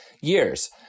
years